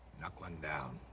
knock one down.